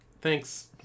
Thanks